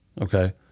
Okay